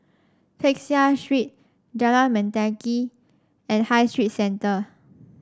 Peck Seah Street Jalan Mendaki and High Street Centre